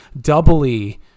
doubly